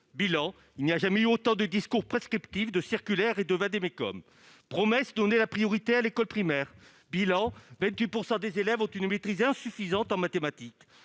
bilan : il n'y a jamais eu autant de discours prescriptives de circulaires et de vade-mecum promesse: donner la priorité à l'école primaire, bilan 28 % des élèves ont une maîtrise insuffisante en mathématiques